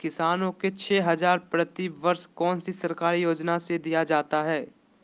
किसानों को छे हज़ार प्रति वर्ष कौन सी सरकारी योजना से दिया जाता है?